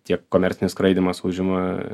tiek komercinis skraidymas užima